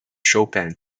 chopin